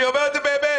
אני אומר את זה באמת.